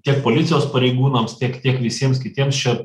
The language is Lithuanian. tiek policijos pareigūnams tiek tiek visiems kitiems čia